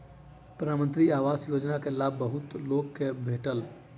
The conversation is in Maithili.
प्रधानमंत्री आवास योजना के लाभ बहुत लोक के भेटल